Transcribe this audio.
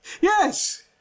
Yes